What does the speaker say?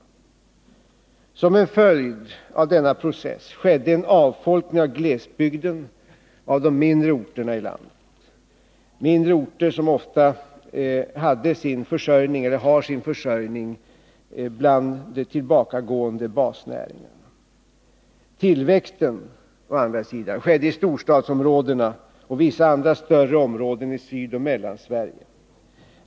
Som en följd av denna process skedde en avfolkning av glesbygden och de mindre orterna i landet, som ofta hade, och har, sin försörjning bland de tillbakagående basnäringarna. Tillväxten skedde i storstadsområdena och vissa andra större områden i Sydoch Mellansverige.